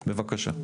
בבקשה.